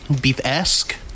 Beef-esque